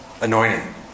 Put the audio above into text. anointing